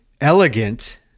elegant